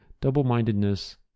double-mindedness